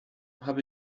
hab